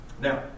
Now